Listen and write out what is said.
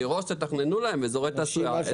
מראש תתכננו להם אזורי תעסוקה.